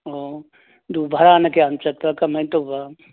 ꯑꯣ ꯑꯗꯨ ꯚꯥꯔꯥꯅ ꯀꯌꯥꯝ ꯆꯠꯄ ꯀꯃꯥꯏ ꯇꯧꯕ